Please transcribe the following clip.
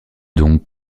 donc